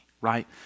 right